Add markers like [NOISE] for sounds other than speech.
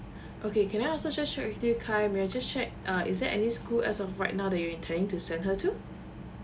[BREATH] okay can I also just check with you khal may I just check uh is it any school as of right now that you're intending to send her to